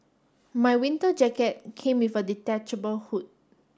my winter jacket came with a detachable hood